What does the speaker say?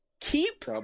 keep